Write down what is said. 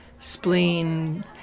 spleen